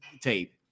tape